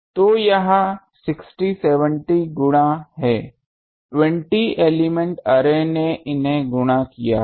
तो यह 60 70 गुणा है 20 एलिमेंट अर्रे ने इन्हें गुणा किया है